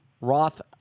Roth